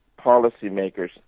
policymakers